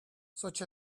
such